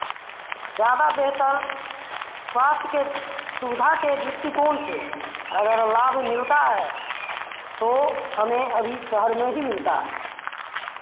ज़्यादा बेहतर स्वास्थ्य के सुविधा के दृष्टिकोण से अगर लाभ मिलता है तो हमें अभी शहर में ही मिलता है